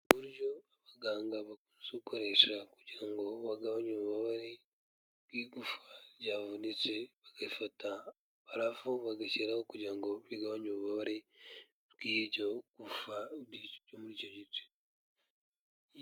Uburyo abaganga bakunze gukoresha kugira ngo bagabanye ububabare bw'igufawa ryavunitse, bagafata barafu bagashyiraho kugira ngo bigabanye, ububabare bw'iryo gufwa ryo muri icyo gice.